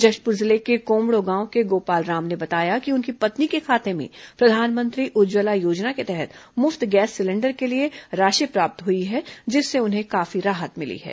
जशपुर जिले के कोमड़ो गांव के गोपाल राम ने बताया कि उनकी पत्नी के खाते में प्रधानमंत्री उज्जवला योजना के तहत मु पत गैस सिलेंडर के लिए राशि प्राप्त हुई है जिससे उन्हें काफी राहत मिली है